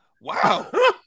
Wow